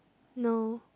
no